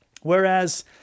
Whereas